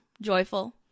Joyful